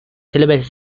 syllable